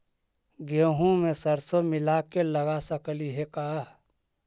गेहूं मे सरसों मिला के लगा सकली हे का?